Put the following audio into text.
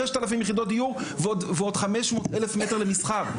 6,000 יחידות דיור ועוד 500 אלף מטר למסחר,